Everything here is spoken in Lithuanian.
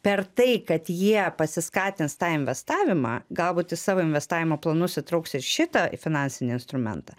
per tai kad jie pasiskatins tą investavimą galbūt į savo investavimo planus įtrauks ir šitą finansinį instrumentą